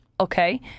okay